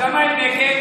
אז למה הם נגד?